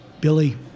Billy